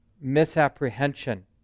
misapprehension